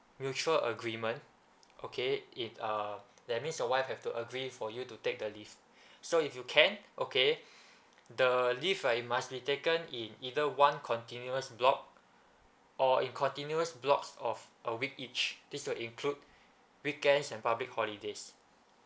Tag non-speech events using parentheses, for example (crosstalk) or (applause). mutual agreement okay it uh that means your wife have to agree for you to take the leave (breath) so if you can okay (breath) the leave right it must be taken in either one continuous block or in continuous blocks of a week each this will include weekends and public holidays